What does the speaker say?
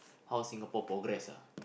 how Singapore progress ah